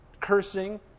cursing